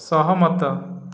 ସହମତ